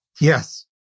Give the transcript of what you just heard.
Yes